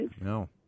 No